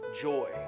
joy